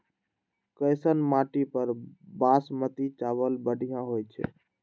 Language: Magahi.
कैसन माटी पर बासमती चावल बढ़िया होई छई?